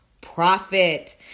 profit